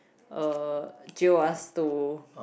uh jio us to